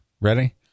Ready